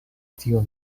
tiun